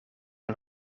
een